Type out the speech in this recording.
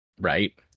right